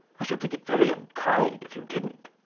i should think it very unkind if you didn't.